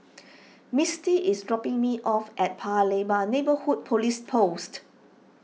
Misty is dropping me off at Pa Lebar Neighbourhood Police Post